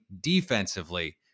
defensively